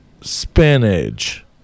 spinach